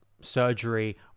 surgery